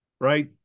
right